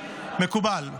כן, מקובל.